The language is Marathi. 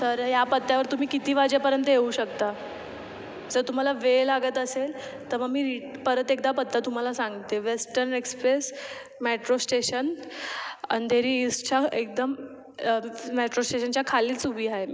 तर या पत्त्यावर तुम्ही किती वाजेपर्यंत येऊ शकता जर तुम्हाला वेळ लागत असेल तर मी परत एकदा पत्ता तुम्हाला सांगते western express metro station Andheri ईस्टच्या एकदम मॅट्रो स्टेशनच्या खालीच उभी आहे मी